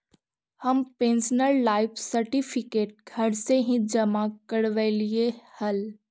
हम pensioner life certificate घर से ही जमा करवइलिअइ हल